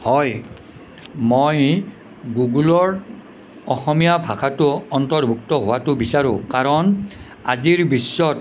হয় মই গুগুলৰ অসমীয়া ভাষাটো অন্তৰ্ভুক্ত হোৱাটো বিচাৰোঁ কাৰণ আজিৰ বিশ্বত